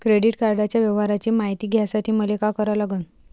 Credit कार्डाच्या व्यवहाराची मायती घ्यासाठी मले का करा लागन?